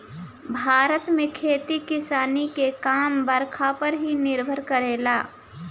भारत में खेती किसानी के काम बरखा पर ही निर्भर करेला